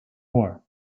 war